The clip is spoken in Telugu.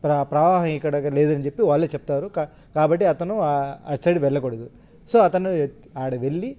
ప్ర ప్రవాహం ఇక్కడ లేదని చెప్పి వాళ్ళే చెప్తారు కా కాబట్టి అతను అటు సైడు వెల్లకూడదు సో అతను అక్కడ వెళ్ళి